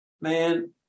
man